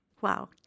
Wow